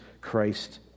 Christ